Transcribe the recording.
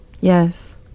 Yes